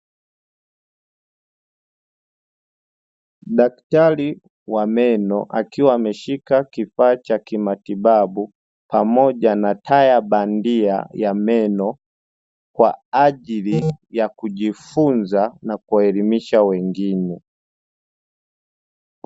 Daktari wa meno akiwa ameshika kifaa cha kimatibabu, pamoja na taya bandia ya meno, kwa ajili ya kujifunza na kuwaelimisha wengine.